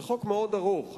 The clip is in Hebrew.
זה חוק מאוד ארוך,